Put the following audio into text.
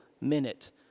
minute